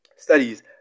studies